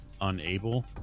unable